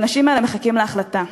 והאנשים האלה מחכים להחלטה.